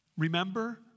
remember